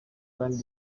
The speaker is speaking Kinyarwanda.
kandi